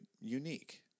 unique